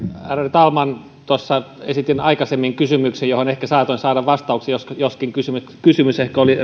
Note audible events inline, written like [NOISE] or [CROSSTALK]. talman tuossa esitin aikaisemmin kysymyksen johon ehkä saatoin saada vastauksen joskin joskin kysymys kysymys ehkä oli [UNINTELLIGIBLE]